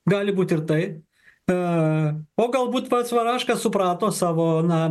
gali būti ir tai a o galbūt pats varaška suprato savo na